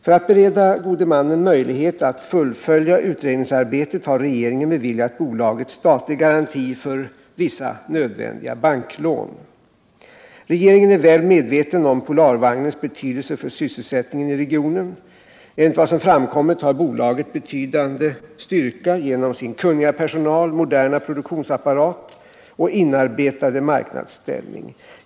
För att bereda gode mannen möjlighet att fullfölja utredningsarbetet har regeringen beviljat bolaget statlig garanti för vissa nödvändiga banklån. Regeringen är väl medveten om Polarvagnens betydelse för sysselsättningen i regionen. Enligt vad som framkommit har bolaget betydande styrka genom sin kunniga personal, moderna produktionsapparat och inarbetade marknadsställning.